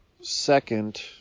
second